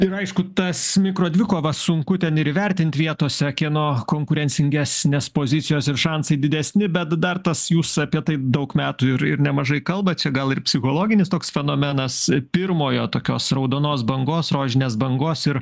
ir aišku tas mikro dvikovas sunku ten ir įvertint vietose kieno konkurencingesnės pozicijos ir šansai didesni bet dar tas jūs apie tai daug metų ir ir nemažai kalbat čia gal ir psichologinis toks fenomenas pirmojo tokios raudonos bangos rožinės bangos ir